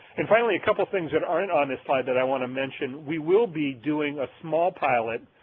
and finally a couple things that aren't on this slide that i want to mention, we will be doing a small pilot